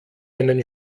einen